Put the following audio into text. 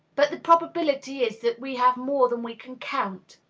but the probability is that we have more than we can count.